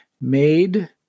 made